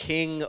King